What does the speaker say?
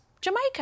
Jamaica